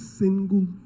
single